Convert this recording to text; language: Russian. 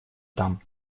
там